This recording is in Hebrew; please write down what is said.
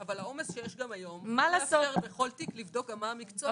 אבל העומס שיש היום לא מאפשר לבדוק בכל תיק גם מה המקצוע של הפוגע.